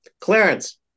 Clarence